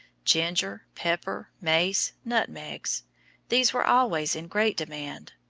ginger, pepper, mace, nutmegs these were always in great demand,